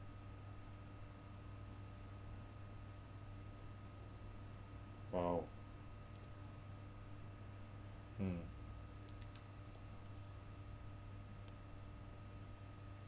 !wow! mm